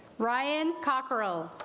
ryan cockrell